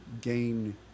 gain